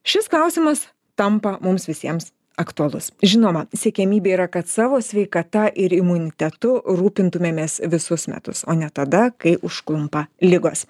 šis klausimas tampa mums visiems aktualus žinoma siekiamybė yra kad savo sveikata ir imunitetu rūpintumėmės visus metus o ne tada kai užklumpa ligos